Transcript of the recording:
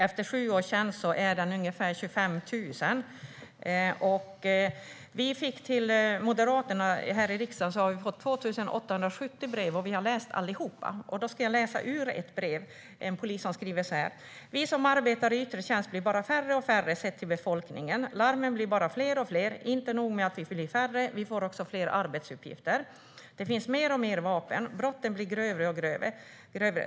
Efter sju års tjänst ligger den på ungefär 25 000 kronor. Moderaterna här i riksdagen har fått 2 870 brev, och vi har läst allihop. Jag ska läsa ur ett brev. En polis skriver: Vi som arbetar i yttre tjänst blir bara färre och färre sett till befolkningen. Larmen blir bara fler och fler. Inte nog med att vi blir färre, vi får också fler arbetsuppgifter. Det finns mer och mer vapen. Brotten blir grövre och grövre.